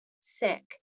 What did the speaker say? sick